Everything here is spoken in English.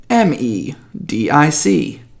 M-E-D-I-C